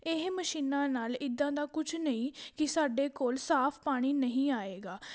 ਇਹ ਮਸ਼ੀਨਾਂ ਨਾਲ ਇੱਦਾਂ ਦਾ ਕੁਛ ਨਹੀ ਕਿ ਸਾਡੇ ਕੋਲ ਸਾਫ ਪਾਣੀ ਨਹੀਂ ਆਏਗਾ